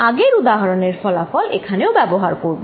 আগের উদাহরণের ফলাফল এখানেও ব্যবহার করব